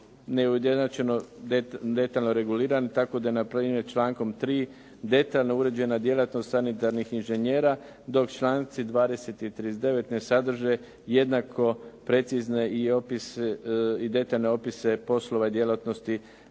neujednačeno detaljno regulirani tako da na primjer člankom 3. detaljno je uređena djelatnost sanitarnih inžinjera dok članci 20. i 39. ne sadrže jednako precizne i detaljne opise poslova i djelatnosti